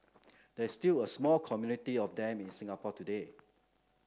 there is still a small community of them in Singapore today